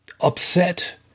upset